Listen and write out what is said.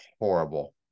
horrible